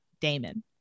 Damon